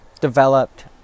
developed